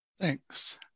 Thanks